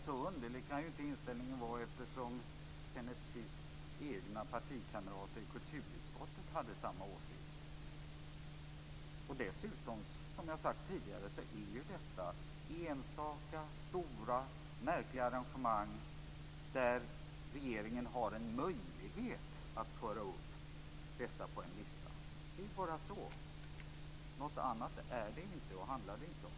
Fru talman! Min inställning kan ju inte vara så underlig, eftersom Kenneth Kvists egna partikamrater i kulturutskottet hade samma åsikt. Dessutom gäller det bara, som jag sagt tidigare, enstaka stora och märkliga arrangemang, som regeringen skall ha möjlighet att föra upp på en lista. Något annat handlar det inte om.